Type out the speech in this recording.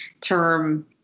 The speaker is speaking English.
term